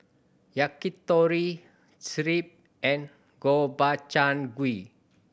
Yakitori Crepe and Gobchang Gui